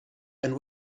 and